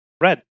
Red